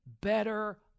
better